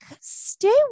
Stay